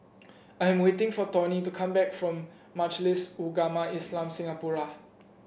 I'm waiting for Tawny to come back from Majlis Ugama Islam Singapura